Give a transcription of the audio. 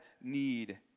need